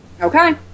Okay